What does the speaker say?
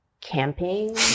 camping